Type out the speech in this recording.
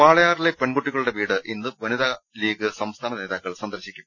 വാളയാറിലെ പെൺകുട്ടികളുടെ വീട് ഇന്ന് വനിതാ ലീഗ് സംസാന നേതാക്കൾ സന്ദർശിക്കും